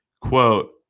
Quote